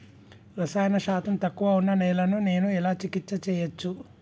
రసాయన శాతం తక్కువ ఉన్న నేలను నేను ఎలా చికిత్స చేయచ్చు?